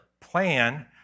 plan